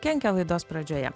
kenkia laidos pradžioje